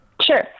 Sure